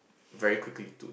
very quickly to